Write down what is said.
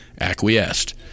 acquiesced